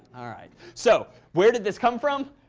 all right. so where did this come from?